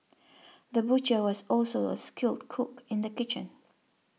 the butcher was also a skilled cook in the kitchen